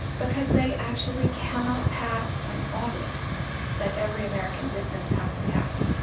because they actually cannot pass an audit that every american business has to pass.